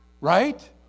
Right